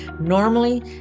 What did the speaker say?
Normally